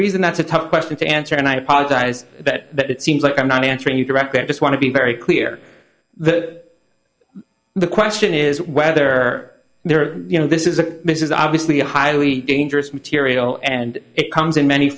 reason that's a tough question to answer and i apologize that it seems like i'm not answering you correctly and just want to be very clear that the question is whether there are you know this is a miss is obviously a highly dangerous material and it comes in many